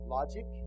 Logic